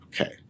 Okay